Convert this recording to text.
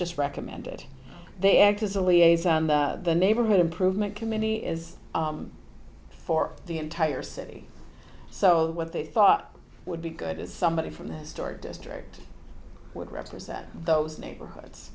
just recommended they act as a liaison the neighborhood improvement committee is for the entire city so what they thought would be good is somebody from the historic district would represent those neighborhoods